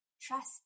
trust